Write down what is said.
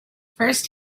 first